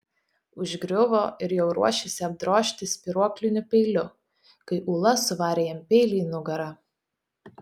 užgriuvo ir jau ruošėsi apdrožti spyruokliniu peiliu kai ula suvarė jam peilį į nugarą